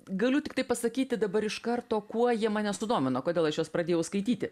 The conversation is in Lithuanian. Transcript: galiu tiktai pasakyti dabar iš karto kuo jie mane sudomino kodėl aš juos pradėjau skaityti